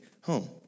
home